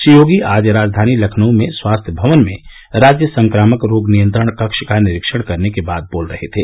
श्री योगी आज राजधानी लखनऊ में स्वास्थ्य भवन में राज्य संक्रामक रोग नियंत्रण कक्ष का निरीक्षण करने के बाद बोल रहे थे